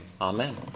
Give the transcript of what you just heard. Amen